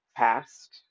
passed